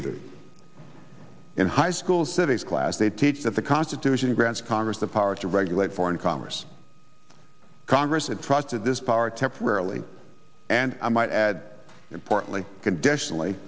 either in high school civics class they teach that the constitution grants congress the power to regulate foreign commerce congress interested this power temporarily and i might add importantly conditional